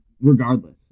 regardless